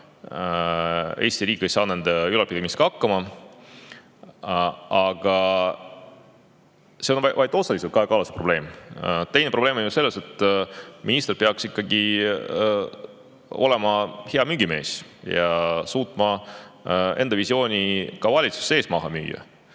Eesti riik ei saa nende süsteemide ülalpidamisega hakkama. Aga see on vaid osaliselt Kaja Kallase probleem. Probleem on ka selles, et minister peaks ikkagi olema hea müügimees ja suutma enda visiooni ka valitsuses maha müüa.